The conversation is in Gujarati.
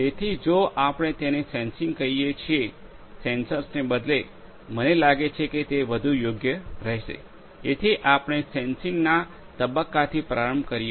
તેથી જો આપણે તેને સેન્સિંગ કહીએ છીએ સેન્સર્સને બદલે મને લાગે છે કે તે વધુ યોગ્ય રહેશે તેથી આપણે સેન્સિંગના તબક્કાથી પ્રારંભ કરીએ છીએ